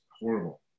horrible